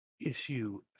issue